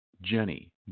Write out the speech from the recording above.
Jenny